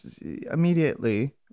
immediately